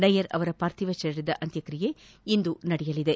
ನಯ್ಕರ್ ಅವರ ಪಾರ್ಥಿವ ಶರೀರದ ಅಂತ್ಯಕ್ರಿಯೆ ಇಂದು ನಡೆಯಲಿದೆ